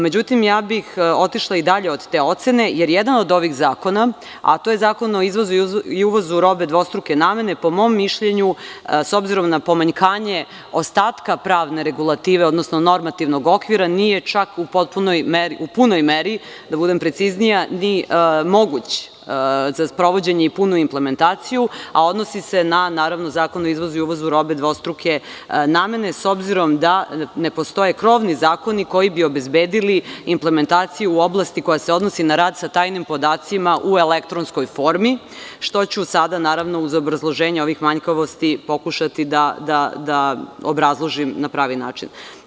Međutim, ja bih otišla i dalje od te ocene, jer jedan od ovih zakona, a to je Zakon o izvozu i uvozu robe dvostruke namene, po mom mišljenju, s obzirom na pomanjkanje ostatka pravne regulative, odnosno normativnog okvira, nije čak u punoj meri, da budem preciznija, ni moguć za sprovođenje i punu implementaciju, a odnosi se na Zakon o izvozu i uvozu robe dvostruke namene, s obzirom da ne postoje krovni zakoni koji bi obezbedili implementaciju u oblasti koja se odnosi na rad sa tajnim podacima u elektronskoj formi, što ću sada, uz obrazloženje ovih manjkavosti, pokušati da obrazložim na pravi način.